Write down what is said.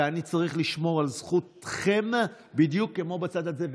ואני צריך לשמור על זכותכן בדיוק כמו בצד הזה,